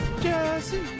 Jesse